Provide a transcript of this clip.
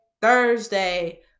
Thursday